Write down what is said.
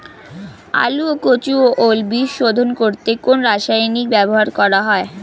আলু ও কচু ও ওল বীজ শোধন করতে কোন রাসায়নিক ব্যবহার করা হয়?